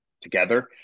together